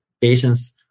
patients